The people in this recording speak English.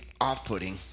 off-putting